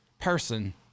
person